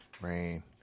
Rain